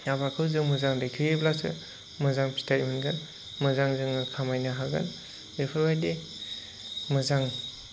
आबादखौ जों मोजां दैखोयोब्लासो मोजां फिथाइ मोनगोन मोजां जोङो खामायनो हागोन बेफोरबायदि मोजां